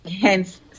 Hence